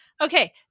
Okay